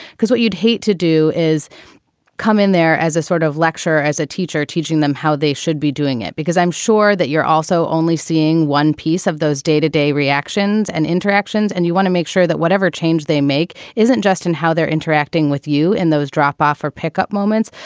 because what you'd hate to do is come in there as a sort of lecture as a teacher, teaching them how they should be doing it, because i'm sure that you're also only seeing one piece of those day to day reactions and interactions and you want to make sure that whatever change they make isn't just in how they're interacting with you in those drop off or pick up moments,